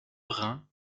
brun